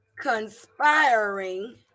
conspiring